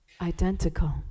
identical